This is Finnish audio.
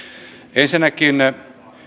ensinnäkin